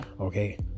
Okay